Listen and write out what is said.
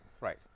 right